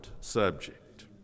subject